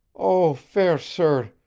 oh, fair sir,